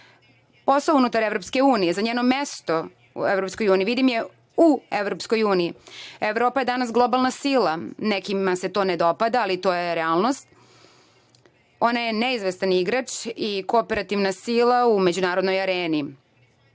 posao unutar EU, za njeno mesto u EU, vidim je u EU.Evropa je danas globalna sila, nekima se to ne dopada, ali to je realnost. Ona je neizvestan igrač i kooperativna sila u međunarodnoj areni.